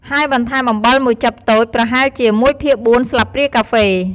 ហើយបន្ថែមអំបិលមួយចិបតូច ប្រហែលជា ១ភាគ៤ ស្លាបព្រាកាហ្វេ។